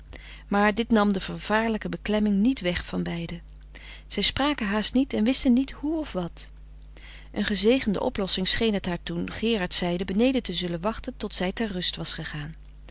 maar dit nam de vervaarlijke beklemming niet weg van beiden zij spraken haast niet en wisten niet hoe of wat een gezegende oplossing scheen het haar toen gerard zeide beneden te zullen wachten tot zij ter rust was gegaan